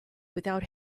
without